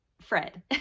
Fred